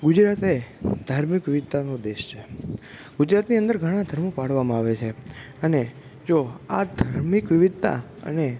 ગુજરાત એ ધાર્મિક વિવિધતાનો દેશ છે ગુજરાતની અંદર ઘણા ધર્મો પાળવામાં આવે છે અને જો આ ધાર્મિક વિવિધતા અને